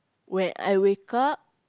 when I wake up